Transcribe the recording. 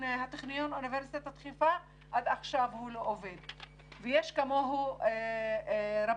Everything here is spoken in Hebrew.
הטכניון ואוניברסיטת חיפה לא עובד עד עכשיו ויש כמוהו רבים.